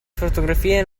fotografie